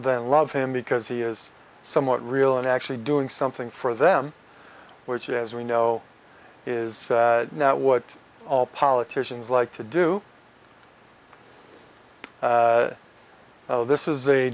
that love him because he is somewhat real and actually doing something for them which as we know is not what all politicians like to do this is a